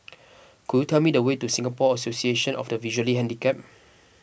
could you tell me the way to Singapore Association of the Visually Handicapped